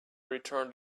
return